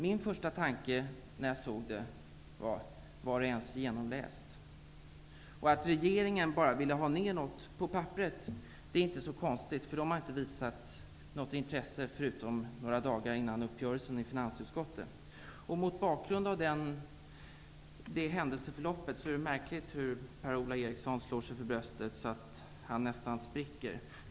När jag såg det var min första tanke: Är det ens genomläst? Att regeringen bara ville få ner något på papperet är inte så konstigt, därför att den har inte visat något intresse förrän några dagar innan uppgörelse skulle träffas i finansutskottet. Mot bakgrund av detta händelseförlopp är det märkligt hur Per-Ola Eriksson kan slå sig för bröstet så att han nästan spricker.